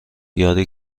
یاری